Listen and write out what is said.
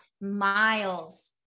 miles